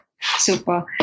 Super